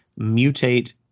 mutate